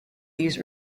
these